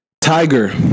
Tiger